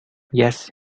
yes